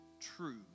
true